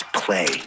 play